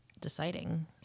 deciding